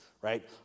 right